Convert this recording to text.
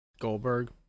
Goldberg